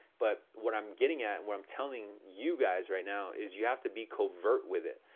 but what i'm getting at, what i'm telling you guys right now, is you have to be covert with it.